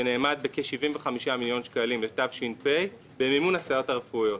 שנאמד בכ-75 מיליון שקלים בתש"פ במימון הסייעות הרפואיות.